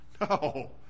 No